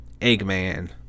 Eggman